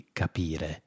capire